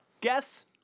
guess